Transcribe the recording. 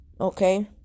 Okay